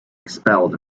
expelled